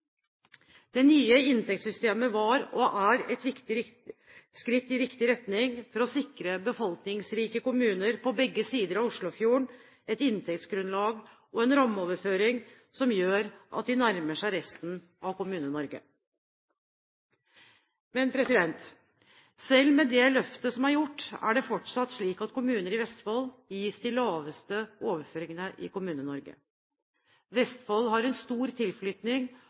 Det nye inntektssystemet var, og er, et viktig skritt i riktig retning for å sikre befolkningsrike kommuner på begge sider av Oslofjorden et inntektsgrunnlag og en rammeoverføring som gjør at de nærmer seg resten av Kommune-Norge. Men selv med det løftet som er gjort, er det fortsatt slik at kommuner i Vestfold gis de laveste overføringene i Kommune-Norge. Vestfold har stor